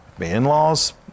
in-laws